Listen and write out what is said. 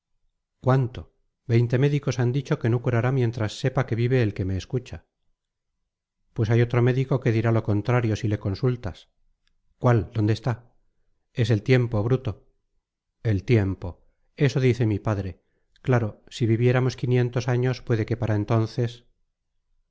cuánto veinte médicos han dicho que no curará mientras sepa que vive el que me escucha pues hay otro médico que dirá lo contrario si le consultas cuál dónde está es el tiempo bruto el tiempo eso dice mi padre claro si viviéramos quinientos años puede que para entonces